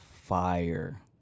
fire